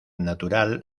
natural